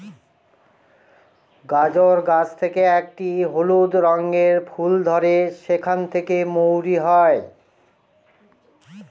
গাজর গাছ থেকে একটি হলুদ রঙের ফুল ধরে সেখান থেকে মৌরি হয়